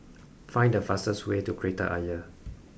find the fastest way to Kreta Ayer